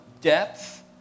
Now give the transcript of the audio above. depth